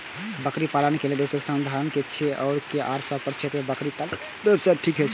बकरी पालन के लेल उपयुक्त संसाधन की छै आर की हमर सब के क्षेत्र में बकरी पालन व्यवसाय ठीक छै?